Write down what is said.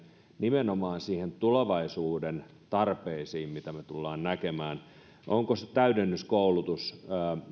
nimenomaan niihin tulevaisuuden tarpeisiin joita me tulemme näkemään onko se täydennyskoulutus